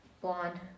blonde